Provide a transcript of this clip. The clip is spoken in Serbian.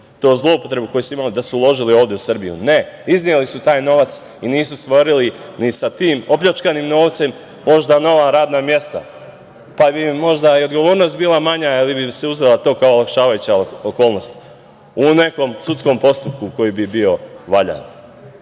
tu zloupotrebu koju su imali, da su uložili ovde u Srbiji. Ne, izneli su taj novac i nisu stvorili ni sa tim opljačkanim novcem možda nova radna mesta, pa bi možda i odgovornost bila manja jer bi im se to uzelo kao olakšavajuća okolnost u nekom sudskom postupku koji bi bio